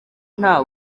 nta